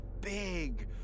big